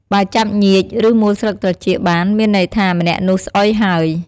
បើចាប់ញៀច ឬ មួលស្លឹកត្រចៀកបាន មានន័យថា ម្នាក់នោះ ស្អុយហើយ។